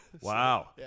Wow